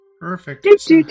Perfect